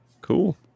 Cool